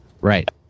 Right